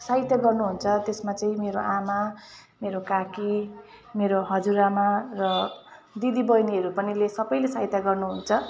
सहायता गर्नुहुन्छ त्यसमा चाहिँ मेरो आमा मेरो काकी मेरो हजुरआमा र दिदीबहिनीहरू पनिले सबैले सहायता गर्नुहुन्छ